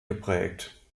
geprägt